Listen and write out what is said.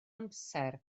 amser